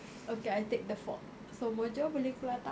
okay I take the fault so mojo boleh keluar tak